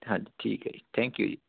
ਹਾਂਜੀ ਠੀਕ ਹੈ ਜੀ ਥੈਂਕ ਯੂ ਜੀ